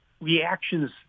reactions